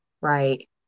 Right